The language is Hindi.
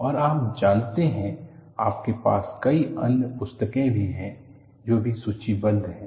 और आप जानते हैं आपके पास कई अन्य पुस्तकें भी हैं ये भी सूचीबद्ध हैं